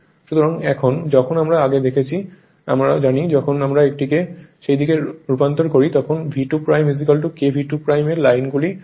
সুতরাং এখন যখন আমরা আগে দেখেছি আমরা জানি যখন আমরা এটিকে সেই দিকে রূপান্তর করি তখন V2 KV2 এর লাইনগুলি লোড দেখায়